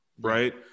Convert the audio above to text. Right